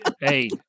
Hey